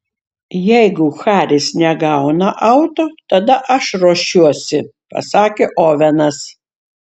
jeigu haris negauna auto tada aš ruošiuosi pasakė ovenas